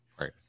Right